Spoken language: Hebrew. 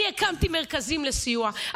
אני הקמתי מרכזים לסיוע,